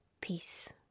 peace